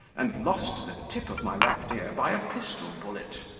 and lost the tip of my left ear by a pistol bullet.